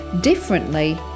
differently